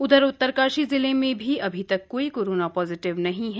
उधर उत्तरकाशी जिले में भी अभी तक कोई कोरोना पॉजिटिव नहीं है